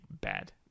bad